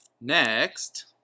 Next